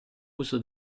uso